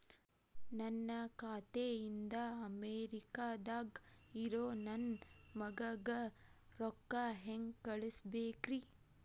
ನನ್ನ ಖಾತೆ ಇಂದ ಅಮೇರಿಕಾದಾಗ್ ಇರೋ ನನ್ನ ಮಗಗ ರೊಕ್ಕ ಹೆಂಗ್ ಕಳಸಬೇಕ್ರಿ?